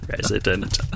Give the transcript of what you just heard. Resident